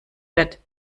wird